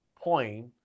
point